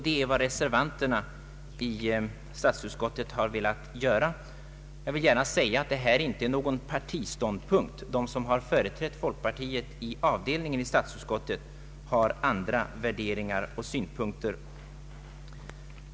Det är också vad reservanterna i statsutskottet har velat föreslå. Jag vill gärna säga att detta inte är någon partiståndpunkt. De som företrätt folkpartiet i avdelningen i statsutskottet har andra värderingar och synpunkter.